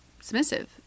submissive